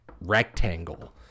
rectangle